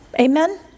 Amen